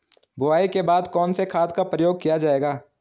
बुआई के बाद कौन से खाद का प्रयोग किया जायेगा?